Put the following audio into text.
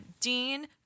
Dean